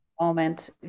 moment